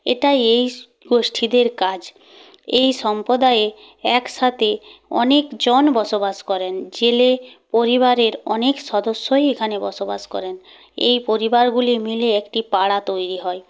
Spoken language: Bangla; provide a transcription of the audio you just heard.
এটা এই গোষ্ঠীদের কাজ এই সম্প্রদায়ে একসাথে অনেকজন বসবাস করেন জেলে পরিবারের অনেক সদস্যই এখানে বসবাস করেন এই পরিবারগুলি মিলে একটি পাড়া তৈরি হয়